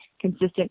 consistent